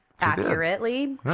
accurately